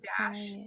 dash